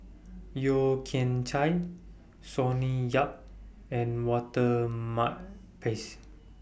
Yeo Kian Chai Sonny Yap and Walter Makepeace